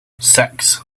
six